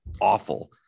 awful